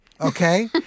okay